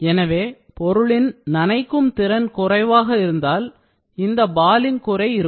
எனவே பொருளின் நனைக்கும் திறன் குறைவாக இருந்தால் இந்த பாலிங் குறை இருக்கும்